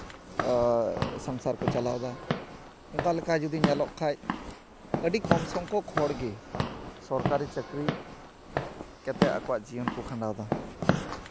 ᱥᱚᱝᱥᱟᱨ ᱠᱚ ᱪᱟᱞᱟᱣᱮᱫᱟ ᱚᱱᱠᱟ ᱞᱮᱠᱟ ᱡᱩᱫᱤ ᱧᱮᱞᱚᱜ ᱠᱷᱟᱡ ᱟᱹᱰᱤ ᱠᱚᱢ ᱥᱚᱝᱠᱷᱚᱠ ᱦᱚᱲᱜᱮ ᱥᱚᱨᱠᱟᱨᱤ ᱪᱟᱹᱠᱨᱤ ᱠᱟᱛᱮ ᱟᱠᱚᱣᱟᱜ ᱡᱤᱭᱚᱱ ᱠᱚ ᱠᱷᱟᱱᱰᱟᱣᱮᱫᱟ